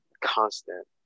constant